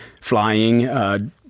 flying